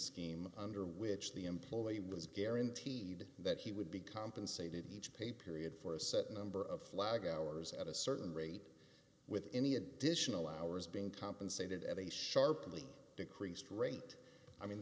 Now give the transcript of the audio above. scheme under which the employee was guaranteed that he would be compensated each pay period for a certain number of flag hours at a certain rate with any additional hours being compensated at a sharply decreased rate i mean